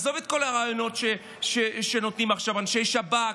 עזוב את כל הראיונות שנותנים עכשיו אנשי שב"כ,